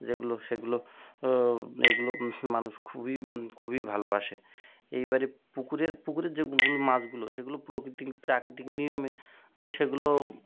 যেগুলো সেগুলো ও এগুলো মানুষ খুবই খুবই ভালোবাসে এইবারে পুকুরের পুকুরের যে মাছগুলো সেগুলো প্রকিতিক প্রাকৃ্তিক নিয়মে সেগুলো